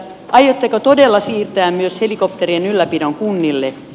aiotteko todella siirtää myös helikopterien ylläpidon kunnille